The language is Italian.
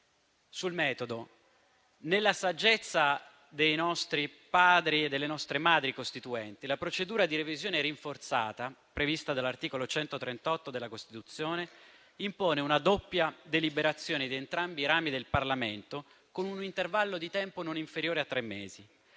il metodo, nella saggezza dei nostri Padri e delle nostre Madri costituenti la procedura di revisione rinforzata, prevista dall'articolo 138 della Costituzione, impone una doppia deliberazione di entrambi i rami del Parlamento, con un intervallo di tempo non inferiore a tre mesi.